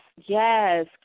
yes